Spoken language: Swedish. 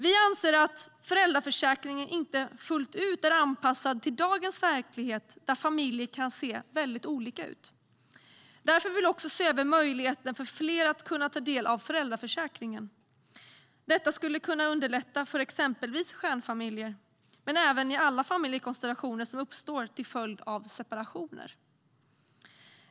Vi anser att föräldraförsäkringen inte fullt ut är anpassad till dagens verklighet där familjer kan se mycket olika ut. Därför vill vi också se över möjligheten för fler att ta del av föräldraförsäkringen. Detta skulle underlätta för exempelvis stjärnfamiljer men även i andra familjekonstellationer som uppstår till följd av separationer.